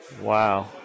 Wow